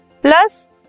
plus